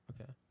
Okay